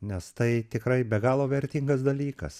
nes tai tikrai be galo vertingas dalykas